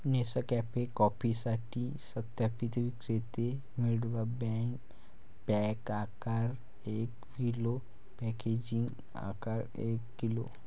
Nescafe कॉफीसाठी सत्यापित विक्रेते मिळवा, पॅक आकार एक किलो, पॅकेजिंग आकार एक किलो